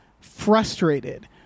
frustrated